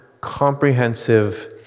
comprehensive